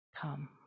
Come